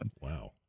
Wow